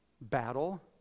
battle